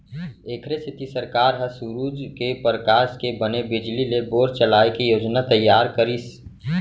एखरे सेती सरकार ह सूरूज के परकास के बने बिजली ले बोर चलाए के योजना तइयार करिस